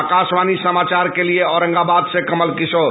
आकाशवाणी समाचार के लिए औरंगाबाद से कमल किशोर